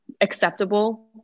acceptable